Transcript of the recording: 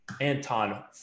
Anton